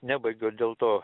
nebaigiu dėl to